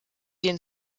den